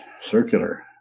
circular